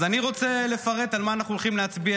אז אני רוצה לפרט על מה אנחנו הולכים להצביע,